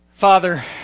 Father